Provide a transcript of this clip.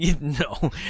no